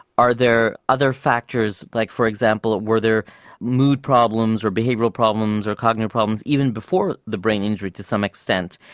are there other factors like, for example, ah were there mood problems or behavioural problems or cognitive problems even before the brain injury to some extent,